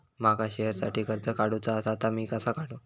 माका शेअरसाठी कर्ज काढूचा असा ता मी कसा काढू?